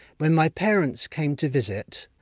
when my parents came to visit,